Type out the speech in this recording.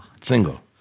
single